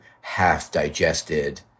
half-digested